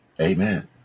Amen